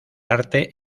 arte